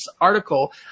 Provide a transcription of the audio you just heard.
article